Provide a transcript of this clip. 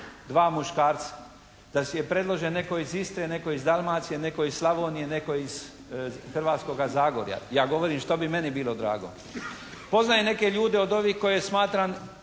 dva muškarca. Da je predložen netko iz Istre, netko iz Dalmacije, netko iz Slavonije, netko iz Hrvatskoga zagorja. Ja govorim što bi meni bilo drago. Poznajem neke ljude od ovih koje smatram